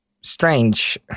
Strange